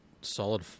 solid